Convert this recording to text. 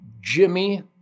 Jimmy